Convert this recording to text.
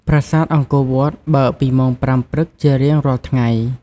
ប្រាសាទអង្គរវត្តបើកពីម៉ោង ៥ ព្រឹកជារៀងរាល់ថ្ងៃ។